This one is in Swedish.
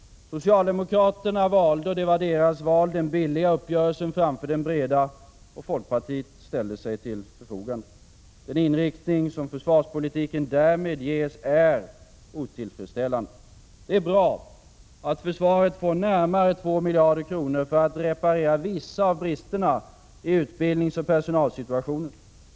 Socialdemokraterna valde den billiga uppgörelsen framför den breda. Och folkpartiet ställde sig till förfogande. Den inriktning som försvarspolitiken därmed ges är otillfredsställande. Det är bra att försvaret får närmare 2 miljarder kronor för att reparera vissa av bristerna i utbildningsoch personalsituationen.